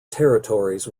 territories